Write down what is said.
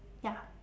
ya